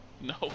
No